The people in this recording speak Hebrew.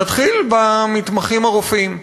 נתחיל במתמחים הרופאים.